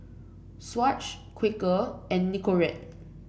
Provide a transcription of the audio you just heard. Swatch Quaker and Nicorette